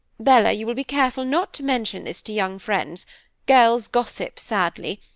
bella, you will be careful not to mention this to young friends girls gossip sadly,